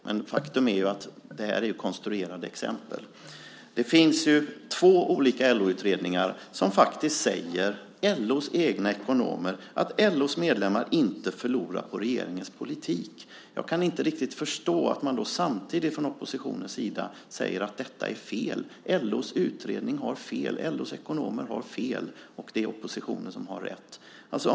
Men faktum är att det rör sig om konstruerade exempel. Det finns två olika LO-utredningar där LO:s egna ekonomer säger att LO:s medlemmar inte förlorar på regeringens politik. Jag kan därför inte riktigt förstå att man från oppositionens sida samtidigt säger att detta är fel, att LO:s utredning och LO:s ekonomer har fel, och att oppositionen har rätt.